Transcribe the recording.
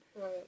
Right